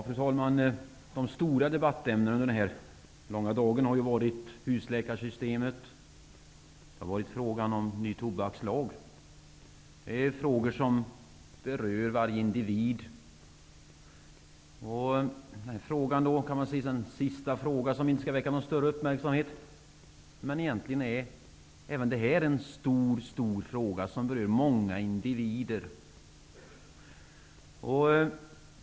Fru talman! De stora debattämnena under denna långa dag har varit husläkarsystemet och ny tobakslag. Detta är frågor som berör varje individ. Även dagens sista fråga, som inte väcker någon större uppmärksamhet, är en stor fråga som berör många individer.